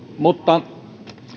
mutta